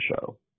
show